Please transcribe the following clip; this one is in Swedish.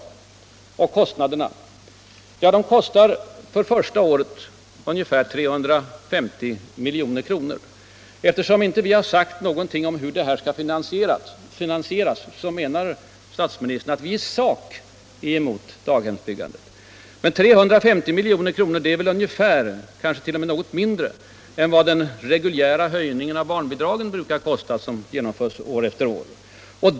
Sedan till kostnaderna för daghemsbyggandet, som för det första året blir ungefär 350 milj.kr. Eftersom vi inte har sagt något om hur detta skall finansieras, menar statsministern att vi ”i sak” är emot daghemsbyggandet. Men 350 milj.kr. är väl ungefär detsamma som, kanske t.o.m. något mindre än vad den reguljära höjningen av barnbidragen varje år brukar kosta.